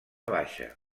baixa